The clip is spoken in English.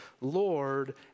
Lord